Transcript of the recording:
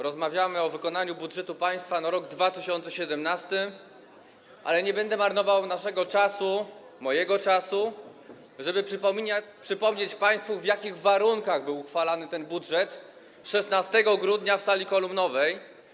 Rozmawiamy o wykonaniu budżetu państwa na rok 2017, ale nie będę marnował naszego czasu, mojego czasu, żeby przypomnieć państwu, w jakich warunkach był uchwalany ten budżet 16 grudnia w sali kolumnowej.